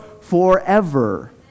forever